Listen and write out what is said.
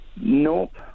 Nope